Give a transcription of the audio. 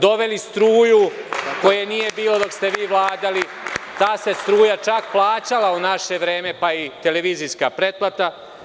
Doveli struju koje nije bilo dok ste vi vladali, ta se struja čak plaćala u naše vreme, pa i televizijska pretplata.